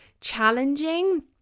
challenging